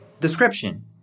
Description